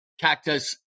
cactus